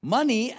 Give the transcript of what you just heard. Money